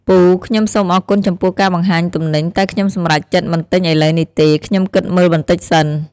ពូ ខ្ញុំសូមអរគុណចំពោះការបង្ហាញទំនិញ តែខ្ញុំសម្រេចចិត្តមិនទិញឥឡូវនេះទេ ខ្ញុំគិតមើលបន្តិចសិន។